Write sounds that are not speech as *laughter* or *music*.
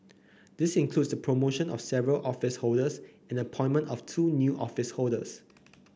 this includes the *noise* promotion of several office holders and the appointment of two new office holders